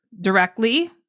directly